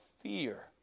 fear